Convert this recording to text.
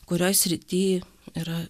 kurioj srity yra